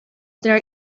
der